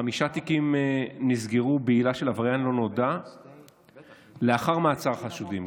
חמישה תיקים נסגרו בעילה של עבריין לא נודע לאחר מעצר חשודים,